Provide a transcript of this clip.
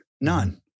none